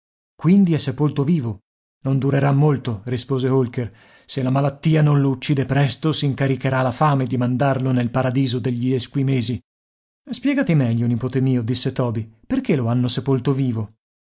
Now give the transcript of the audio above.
quindi è sepolto vivo non durerà molto rispose holker se la malattia non lo uccide presto s'incaricherà la fame di mandarlo nel paradiso degli esquimesi spiegati meglio nipote mio disse toby perché lo hanno sepolto vivo